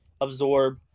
absorb